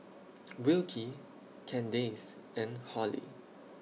Wilkie Candace and Hollie